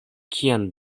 kian